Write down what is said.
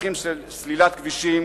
לצרכים של סלילת כבישים